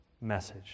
message